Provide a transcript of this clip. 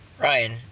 Ryan